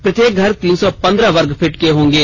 प्रत्येक घर तीन सौ पंद्रह वर्गफीट के होंगे